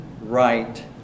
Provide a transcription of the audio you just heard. right